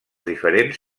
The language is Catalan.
diferents